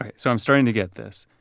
um so i'm starting to get this.